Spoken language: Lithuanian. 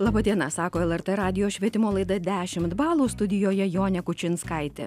laba diena sako lrt radijo švietimo laida dešimt balų studijoje jonė kučinskaitė